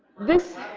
this